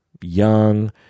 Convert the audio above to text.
Young